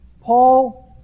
Paul